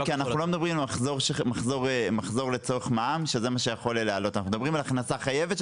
כי אנחנו לא מדברים על מחזור לצורך מע"מ; אנחנו מדברים על הכנסה חייבת,